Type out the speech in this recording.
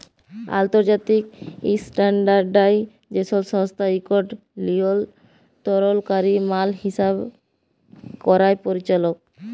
আলতর্জাতিক ইসট্যানডারডাইজেসল সংস্থা ইকট লিয়লতরলকারি মাল হিসাব ক্যরার পরিচালক